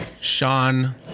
Sean